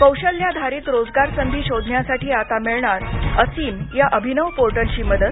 कौशल्याधारित रोजगारसंधी शोधण्यासाठी आता मिळणार असीम या अभिनव पोर्टलची मदत